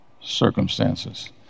circumstances